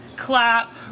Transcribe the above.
clap